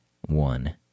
one